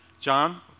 John